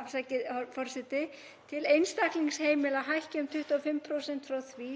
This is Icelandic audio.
húsnæðisbóta til einstaklingsheimila hækki um 25% frá því